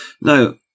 Now